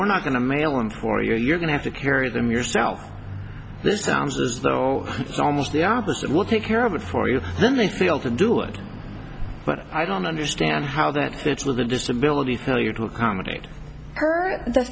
we're not going to mail in for you you're going to have to carry them yourself this sounds as though almost the opposite will take care of it for you then they feel to do it but i don't understand how that fits with the disability tell you to accommodate he